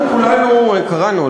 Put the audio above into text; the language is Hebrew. אנחנו כולנו קראנו,